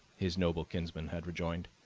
his noble kinsman had rejoined.